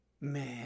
man